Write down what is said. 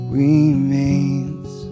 remains